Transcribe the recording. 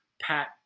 Pat